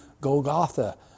Golgotha